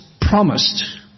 promised